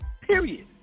Period